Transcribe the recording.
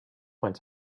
went